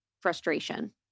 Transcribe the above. frustration